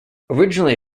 originally